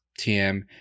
TM